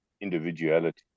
individuality